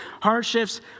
hardships